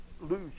lose